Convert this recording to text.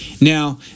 Now